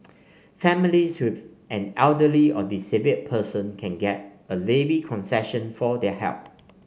families with an elderly or disabled person can get a levy concession for their help